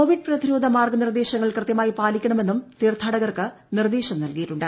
Covid പ്രതിരോധ മാർഗനിർദേശങ്ങൾ കൃത്യമായി പാലിക്കണമെന്നും തീർത്ഥാടകർക്ക് നിർദേശം നൽകിയിട്ടുണ്ട്